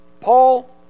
Paul